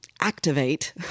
activate